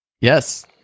Yes